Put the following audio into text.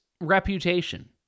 reputation